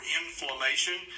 inflammation